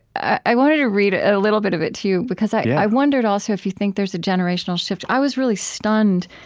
i wanted to read a little bit of it to you because i yeah i wondered, also, if you think there's a generational shift. i was really stunned.